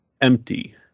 empty